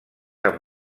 amb